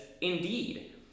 indeed